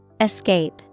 Escape